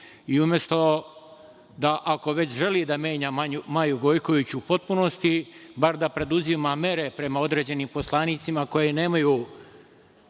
Skupštinu i ako već želi da menja Maju Gojković u potpunosti, bar da preduzima mere prema određenim poslanicima koji nemaju